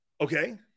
Okay